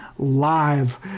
Live